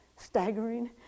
staggering